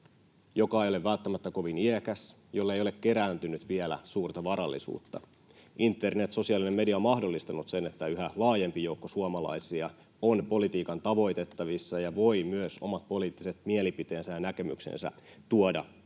joka ei ole välttämättä kovin iäkäs, jolle ei ole kerääntynyt vielä suurta varallisuutta. Internet, sosiaalinen media ovat mahdollistaneet sen, että yhä laajempi joukko suomalaisia on politiikan tavoitettavissa ja voi myös omat poliittiset mielipiteensä ja näkemyksensä tuoda mukaan